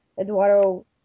Eduardo